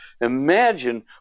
Imagine